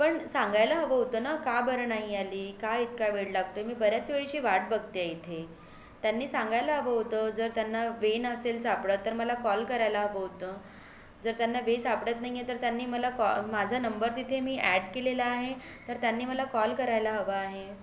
पण सांगायला हवं होतं ना का बरं नाही आली का इतका वेळ लागतोय मी बऱ्याच वेळची वाट बघतेय इथे त्यांनी सांगायला हवं होतं जर त्यांना वे नसेल सापडत तर मला कॉल करायला हवं होतं जर त्यांना वे सापडत नाही आहे तर त्यांनी मला कॉ माझा नंबर तिथे मी ॲड केलेला आहे तर त्यांनी मला कॉल करायला हवा आहे